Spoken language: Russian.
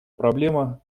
проблема